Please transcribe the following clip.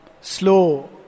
slow